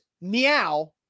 meow